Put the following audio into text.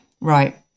right